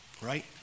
Right